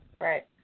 Right